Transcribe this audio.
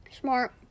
smart